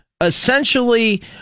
essentially